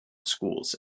schools